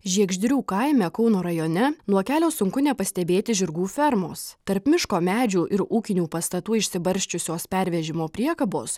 žiegždrių kaime kauno rajone nuo kelio sunku nepastebėti žirgų fermos tarp miško medžių ir ūkinių pastatų išsibarsčiusios pervežimo priekabos